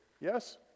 Yes